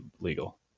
legal